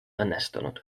õnnestunud